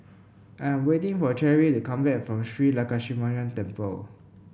I'm waiting for Cherrie to come back from Shree Lakshminarayanan Temple